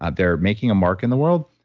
ah they're making a mark in the world.